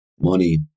money